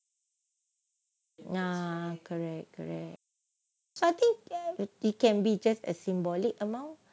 ya correct correct so I think it can be just a symbolic amount